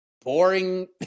boring